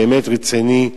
באמת רציני,